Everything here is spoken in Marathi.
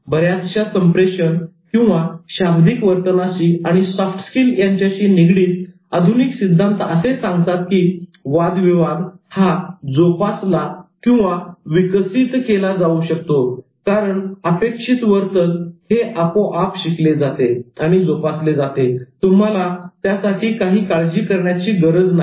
बऱ्याचशा संप्रेषण किंवा अभाषिकशाब्दिक वर्तनाशी आणि सॉफ्ट स्किल यांच्याशी निगडीत आधुनिक सिद्धांत असे सांगतात की वादविवाद हा जोपासलाविकसित केला जाऊ शकतो कारण अपेक्षित वर्तन हे आपोआप शिकले जाते आणि जोपासले जाते तुम्हाला त्याच्यासाठी काही काळजी करायची गरज नाही